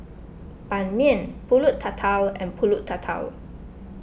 Ban Mian Pulut Tatal and Pulut Tatal